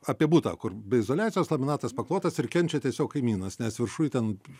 apie butą kur be izoliacijos laminatas paklotas ir kenčia tiesiog kaimynas nes viršuj ten